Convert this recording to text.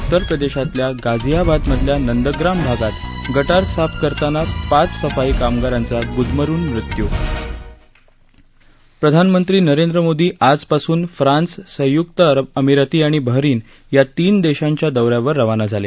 उत्तर प्रदेशातल्या गाझियाबादमधल्या नंदग्राम भागात गटार साफ करताना पाच साफई कामगारांचा गुदमरुन मृत्यू प्रधान मंत्री नरेंद्र मोदी आज पासून फ्रान्स संयुक्त अरब अमिराती आणि बहारीन या तीन देशांच्या दौऱ्यावर रवाना झाले